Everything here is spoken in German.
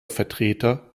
vertreter